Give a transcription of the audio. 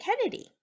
Kennedy